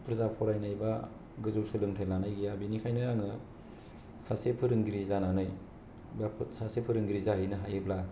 बुरजा फरायनायबा गोजौ सोलोंथाय लानाय गैया बिनिखायनो आङो सासे फोरोंगिरि जानानै दा फो सासे फोरोंगिरि जाहैनो हायोब्ला